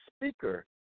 speaker